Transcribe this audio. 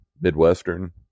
Midwestern